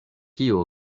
kio